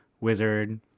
wizard